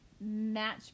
match